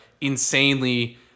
insanely